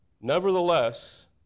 Nevertheless